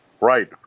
Right